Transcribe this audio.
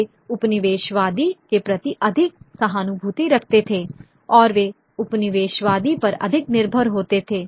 वे उपनिवेशवादी के प्रति अधिक सहानुभूति रखते थे और वे उपनिवेशवादी पर अधिक निर्भर होते थे